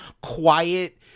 quiet